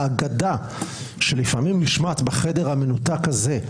האגדה שלפעמים נשמעת בחדר המנותק הזה,